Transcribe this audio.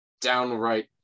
downright